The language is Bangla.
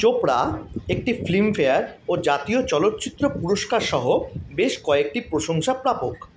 চোপড়া একটি ফিল্মফেয়ার ও জাতীয় চলচ্চিত্র পুরস্কারসহ বেশ কয়েকটি প্রশংসা প্রাপক